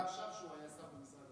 חשב שהוא היה שר במשרד האוצר.